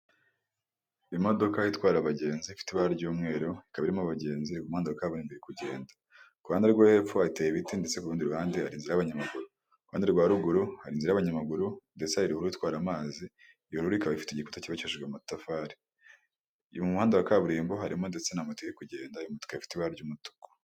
Imodoka itwara abagenzi ifite ibara ry'umweru, ikaba irimo abagenzi iri ku muhanda wa kaburimbo iri kugenda. Ku ruhande rwo hepfo hateye ibiti ndetse ku kurundi ruhande hari inzira y'abanyamaguru. Ku ruhande rwa ruguru hari inzira y'abanyamaguru ndetse hari ruhurura itwara amazi, iyo ruhurura ikaba ifite igikuta cyubakishijwe amatafari. Uyu ni umuhanda wa kaburimbo harimo ndetse na moto iri kugenda, iyo moto ikaba fite ibara ry'umutuku.